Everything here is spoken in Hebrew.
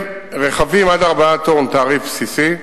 רכבים עד 4 טונות, תעריף בסיסי,